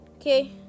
Okay